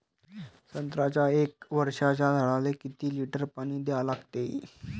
संत्र्याच्या एक वर्षाच्या झाडाले किती लिटर पाणी द्या लागते?